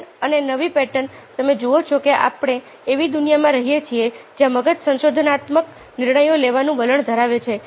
pattern અને નવી pattern તમે જુઓ છો કે આપણે એવી દુનિયામાં રહીએ છીએ જ્યાં મગજ સંશોધનાત્મક નિર્ણયો લેવાનું વલણ ધરાવે છે